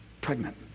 pregnant